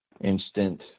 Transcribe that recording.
instant